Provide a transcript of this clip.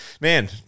man